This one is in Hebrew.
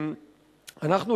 אנחנו,